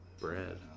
bread